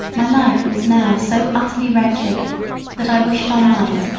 my life was now so utterly wretched that i wished i might,